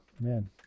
man